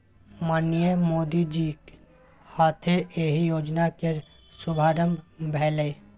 माननीय मोदीजीक हाथे एहि योजना केर शुभारंभ भेलै